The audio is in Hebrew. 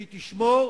והיא תשמור,